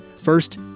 First